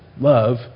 Love